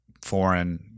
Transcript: foreign